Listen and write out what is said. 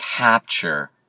Capture